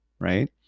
right